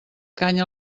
canya